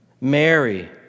Mary